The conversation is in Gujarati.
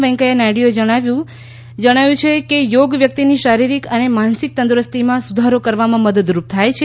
વૈંકયા નાયડુએ જણાવ્યું છે કે યોગ વ્યક્તિની શારિરીક અને માનસિક તંદુરસ્તીમાં સુધારો કરવામાં મદદરૂપ થાય છે